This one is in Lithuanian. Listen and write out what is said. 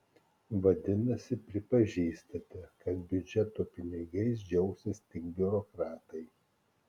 vadinasi pripažįstate kad biudžeto pinigais džiaugsis tik biurokratai